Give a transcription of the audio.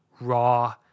Raw